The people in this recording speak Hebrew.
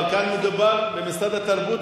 אבל כאן מדובר במשרד התרבות,